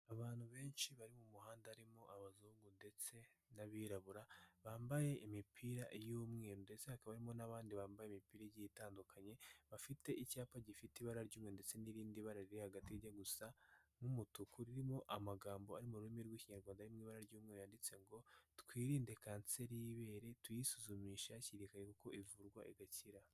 Abantu benshi bari mu muhanda harimo abazungu ndetse n'abirabura, bambaye imipira y'umweru ndetse hakabamo n'abandi bambaye imipira itandukanye, bafite icyapa gifite ibara ry'umweru ndetse n'irindi bara ryo hagati rijya gusa nk'umutuku, urimo amagambo ari mu rurimi rw'ikinyarwanda n'ibara ry'umweru Handitse ngo:" Twirinde kanseri y'ibere tuyisuzumishe hakiri kare kuko ivurwa igakira."